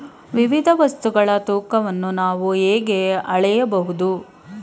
ವಿವಿಧ ವಸ್ತುಗಳ ತೂಕವನ್ನು ನಾವು ಹೇಗೆ ಅಳೆಯಬಹುದು?